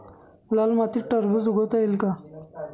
लाल मातीत टरबूज उगवता येईल का?